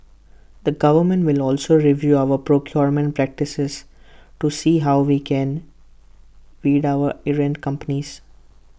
the government will also review our procurement practices to see how we can weed out errant companies